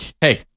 hey